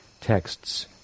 texts